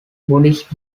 buddhist